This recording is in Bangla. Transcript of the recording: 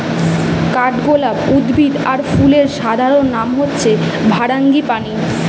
কাঠগোলাপ উদ্ভিদ আর ফুলের সাধারণ নাম হচ্ছে ফারাঙ্গিপানি